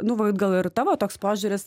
nu va gal ir tavo toks požiūris